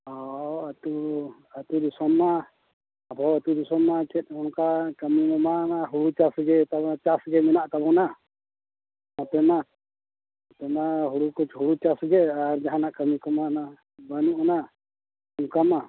ᱚ ᱟᱹᱛᱩ ᱟᱹᱛᱩ ᱫᱤᱥᱚᱢ ᱢᱟ ᱟᱵᱚ ᱟᱹᱛᱩ ᱫᱤᱥᱚᱢ ᱢᱟ ᱪᱮᱫ ᱚᱱᱠᱟ ᱠᱟᱹᱢᱤ ᱢᱟ ᱦᱩᱲᱩ ᱪᱟᱥ ᱜᱮ ᱛᱟᱵᱚᱱᱟ ᱪᱟᱥᱜᱮ ᱢᱮᱱᱟᱜ ᱛᱟᱵᱚᱱᱟ ᱱᱚᱛᱮᱢᱟ ᱚᱱᱟ ᱦᱩᱲᱩ ᱠᱚ ᱦᱩᱲᱩ ᱪᱟᱥᱜᱮ ᱟᱨ ᱡᱟᱦᱟᱱᱟᱜ ᱠᱟᱹᱢᱤ ᱠᱚᱢᱟ ᱚᱱᱟ ᱵᱟᱹᱱᱩᱜ ᱟᱱᱟ ᱚᱱᱠᱟᱢᱟ